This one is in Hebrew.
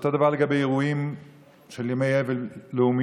ואותו הדבר לגבי אירועים של ימי אבל לאומיים: